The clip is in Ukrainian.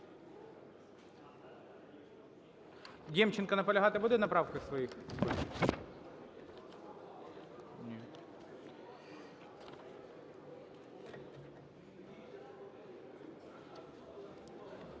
Демченко, наполягати будете на правках своїх?